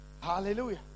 Hallelujah